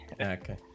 Okay